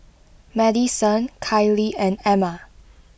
Madyson Kiley and Amma